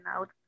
out